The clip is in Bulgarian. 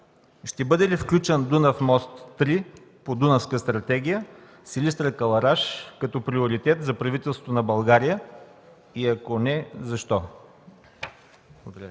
Ще бъде ли включен Дунав мост 3 по Дунавска стратегия – Силистра–Кълъраш, като приоритет за правителството на България и, ако не, защо? Благодаря.